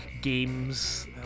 games